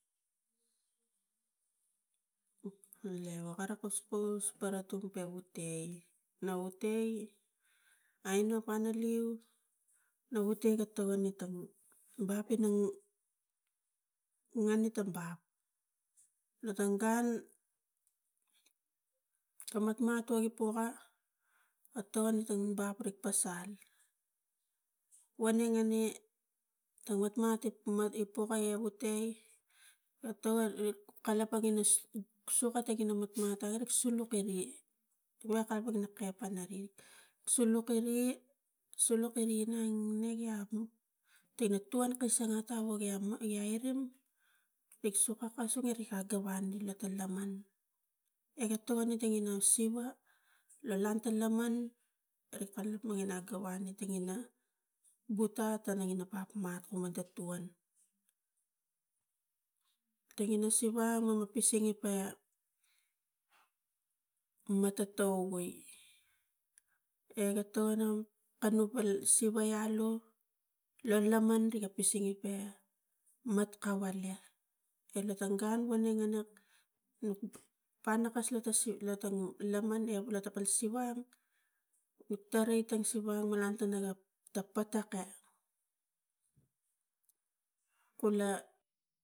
Le gara kuskus pana tum ga butai na vutai aino panaleu na vutai ga tangaine tang bap ina, langeta bap lo tang gun ta matmat wogi poka a togon ta bap rik pasal wonengene ta matmat i wo puka ta vutai a togon rik kalapang ina sokatangina matmat arik suluk ari wa kalapang ina ka panari suluk iri ki kalapang ina kai panari suluk iri suluk iri inang neng tina tuan ga sang ata wogia igia iram rik suka kas ori rik age waneng laman iga togon a tangina siva lo lata laman rik kalapang ina aga vaneng tingina butat tingina bapmat mata tuan tangina siva aimo na pisingi paia mata towai ega tongo kali pal siva alu lo laman ri kalapang singe pe mat kavalia e la tang gun voneng enak pu pana kus lo ta taman ge lo ta siva rik tori ta siva malang tara ga ta patake kula.